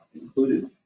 included